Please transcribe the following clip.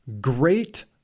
Great